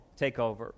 takeover